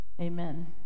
amen